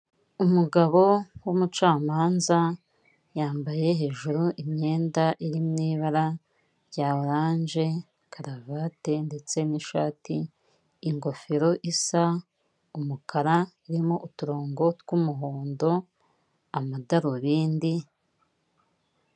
Umugabo w'umucamanza yambaye hejuru imyenda iri mu ibara rya oranje, karavati ndetse n'ishati, ingofero isa umukara irimo uturongo tw'umuhondo amadarubindi.